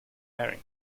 erin